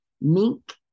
Mink